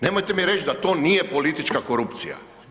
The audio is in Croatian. Nemojte mi reći da to nije politička korupcija.